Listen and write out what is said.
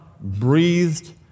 breathed